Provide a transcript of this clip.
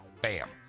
Bam